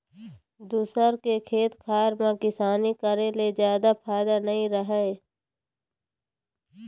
दूसर के खेत खार म किसानी करे ले जादा फायदा नइ रहय